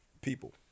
people